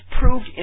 proved